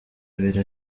abiri